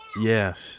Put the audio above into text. Yes